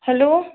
hello